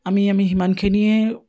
আমি আমি সিমানখিনিয়ে